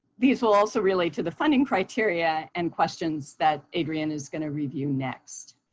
these will also relate to the funding criteria and questions that adrienne is going to review next.